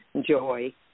joy